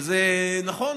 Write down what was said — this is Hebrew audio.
שנכון,